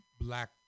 black